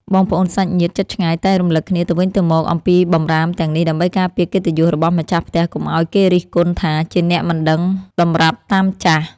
បងប្អូនសាច់ញាតិជិតឆ្ងាយតែងរំលឹកគ្នាទៅវិញទៅមកអំពីបម្រាមទាំងនេះ ដើម្បីការពារកិត្តិយសរបស់ម្ចាស់ផ្ទះកុំឱ្យគេរិះគន់ថា ជាអ្នកមិនដឹងតម្រាប់តាមចាស់។